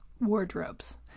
wardrobes